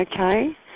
Okay